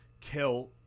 kill